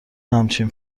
همچین